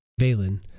Valen